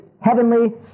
heavenly